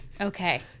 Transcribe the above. Okay